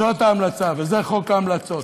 זאת ההמלצה, וזה חוק ההמלצות.